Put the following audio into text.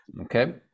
okay